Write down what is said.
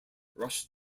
rush